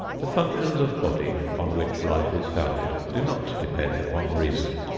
the functions of body, on which life is founded, do not depend upon reason.